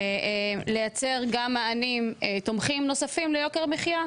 ולייצר מענים תומכים נוספים ליוקר המחייה,